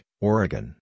Oregon